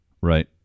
Right